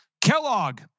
Kellogg